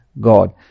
God